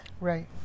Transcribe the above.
Right